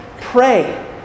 pray